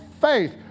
faith